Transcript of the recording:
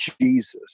Jesus